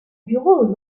bureaux